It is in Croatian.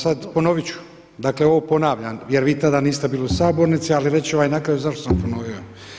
Sada ponoviti ću, dakle ovo ponavljam jer vi tada niste bili u sabornici ali reći ću vam i na kraju zašto sam ponovio.